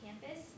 campus